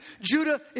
Judah